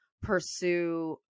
pursue